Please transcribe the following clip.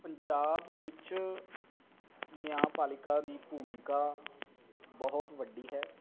ਪੰਜਾਬ ਵਿੱਚ ਨਿਆਂਪਾਲਕਾ ਦੀ ਭੂਮਿਕਾ ਬਹੁਤ ਵੱਡੀ ਹੈ